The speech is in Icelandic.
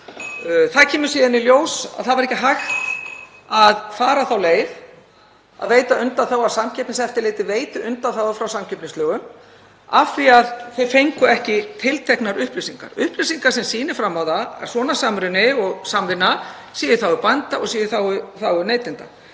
Það kemur síðan í ljós að það var ekki hægt að fara þá leið að veita undanþágu, að Samkeppniseftirlitið veitti undanþágu frá samkeppnislögum, af því að það fékk ekki tilteknar upplýsingar, upplýsingar sem sýndu fram á að svona samruni og samvinna væri í þágu bænda og í þágu neytenda.